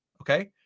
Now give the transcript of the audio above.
okay